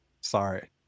Sorry